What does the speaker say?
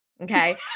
okay